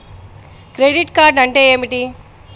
Credit card అంటే ఏమిటి?